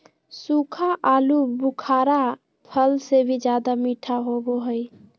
सूखा आलूबुखारा फल से भी ज्यादा मीठा होबो हइ